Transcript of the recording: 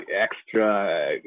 extra